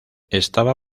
estaba